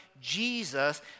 Jesus